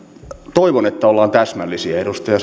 toivon että ollaan täsmällisiä edustaja